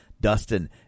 Dustin